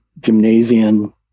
gymnasium